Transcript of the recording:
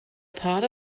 part